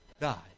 die